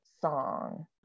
song